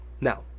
Now